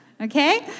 okay